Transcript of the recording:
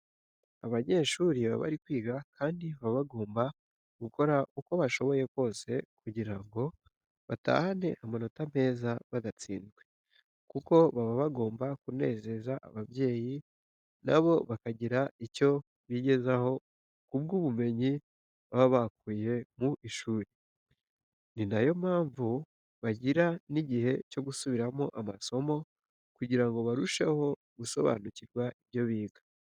Abanyeshuri baba bari kwiga kandi baba bagomba gukora uko bashoboye kose kugira ngo batahane amanota meza badatsinzwe, kuko baba bagomba kunezeza ababyeyi na bo bakagira icyo bigezaho ku bw'ubumenyi baba bakuye mu ishuri. Ni na yo mpamvu bagira n'igihe cyo gusubiramo amasomo kugira ngo barusheho gusobanukirwa ibyo biga.